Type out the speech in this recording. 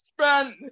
spent